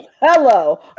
Hello